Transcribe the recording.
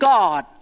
God